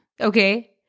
Okay